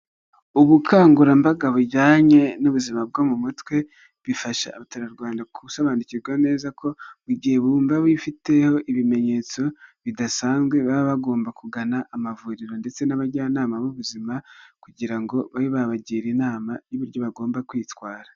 Ubukangurambaga bujyanye n'ubuzima bwo mu mutwe, bifasha abaturarwanda gusobanukirwa neza ko buri gihe bumva bifiteho ibimenyetso bidasanzwe baba bagomba kugana amavuriro ndetse n'abajyanama b'ubuzima, kugira ngo babe babagira inama y'uburyo bagomba kwitwara.